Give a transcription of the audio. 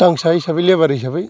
दावसा हिसाबै लेबार हिसाबै